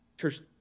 Church